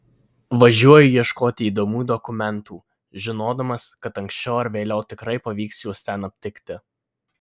važiuoju ieškoti įdomių dokumentų žinodamas kad anksčiau ar vėliau tikrai pavyks juos ten aptikti